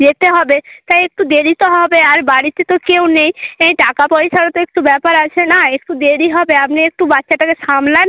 যেতে হবে তাই একটু দেরি তো হবে আর বাড়িতে তো কেউ নেই এই টাকা পয়সাও তো একটু ব্যাপার আছে না একটু দেরী হবে আপনি একটু বাচ্চাটাকে সামলান